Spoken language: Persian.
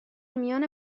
میان